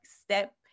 step